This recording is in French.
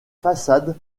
façade